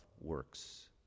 works